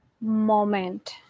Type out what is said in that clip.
moment